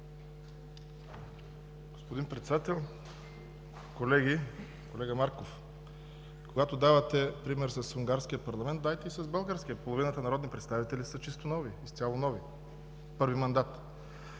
Господин Председател, колеги! Колега Марков, когато давате пример с унгарския парламент, дайте и с българския – половината народни представители са изцяло нови, първи мандат са.